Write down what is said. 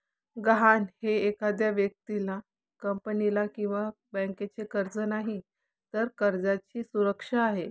गहाण हे एखाद्या व्यक्तीला, कंपनीला किंवा बँकेचे कर्ज नाही, तर कर्जदाराची सुरक्षा आहे